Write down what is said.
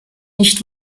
nicht